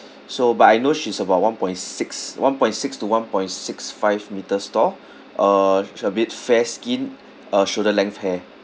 so but I know she's about one point six one point six to one point six five metres tall uh she's a bit fair skinned uh shoulder length hair